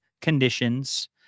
conditions